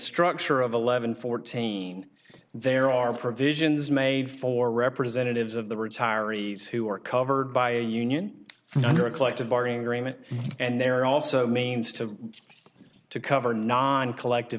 structure of eleven fourteen there are provisions made for representatives of the retirees who are covered by a union under a collective bargaining agreement and they're also means to to cover non collective